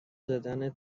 زدن